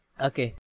Okay